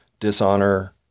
Dishonor